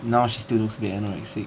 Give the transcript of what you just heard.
now she still looks a bit anorexic